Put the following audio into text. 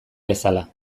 bezala